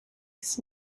his